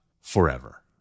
forever